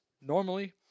Normally